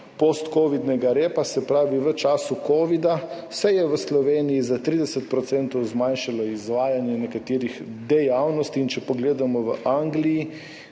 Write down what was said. postkovidnega repa. Se pravi, v času covida se je v Sloveniji za 30 % zmanjšalo izvajanje nekaterih dejavnosti. In če pogledamo v Angliji,